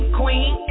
queen